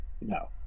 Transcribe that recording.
no